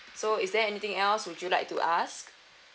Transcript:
so is there anything else would you like to ask